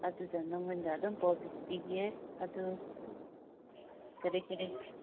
ꯑꯗꯨꯗ ꯅꯪꯉꯣꯟꯗ ꯑꯗꯨꯝ ꯄꯥꯎꯗꯨ ꯄꯤꯒꯦ ꯑꯗꯨ ꯀꯔꯤ ꯀꯔꯤ